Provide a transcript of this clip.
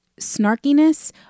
snarkiness